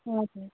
हजुर